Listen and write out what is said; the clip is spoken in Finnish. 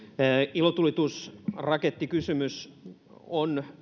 ilotulitusrakettikysymys on